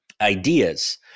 ideas